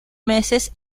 meses